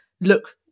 look